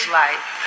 life